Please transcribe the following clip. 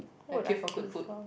I queue for good food